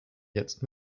jetzt